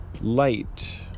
Light